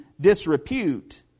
disrepute